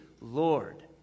Lord